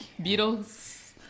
Beatles